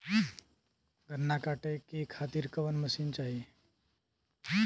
गन्ना कांटेके खातीर कवन मशीन चाही?